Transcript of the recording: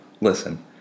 Listen